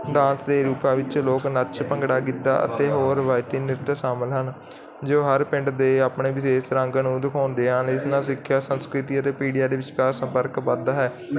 dance ਦੇ ਰੂਪਾਂ ਵਿੱਚ ਲੋਕ ਨੱਚ ਭੰਗੜਾ ਗਿੱਧਾ ਅਤੇ ਹੋਰ ਰਵਾਇਤੀ ਅਤੇ ਨ੍ਰਿੱਤ ਸ਼ਾਮਿਲ ਹਨ ਜੋ ਹਰ ਪਿੰਡ ਆਪਣੇ ਵਿਸ਼ੇਸ਼ ਰੰਗ ਨੂੰ ਦਿਖਾਉਂਦੇ ਹਨ ਇਸ ਨਾਲ ਸਿੱਖਿਆ ਸੰਸਕ੍ਰਿਤੀ ਅਤੇ ਪੀੜ੍ਹੀਆਂ ਦੇ ਵਿਚਕਾਰ ਸੰਪਰਕ ਬਣਦਾ ਹੈ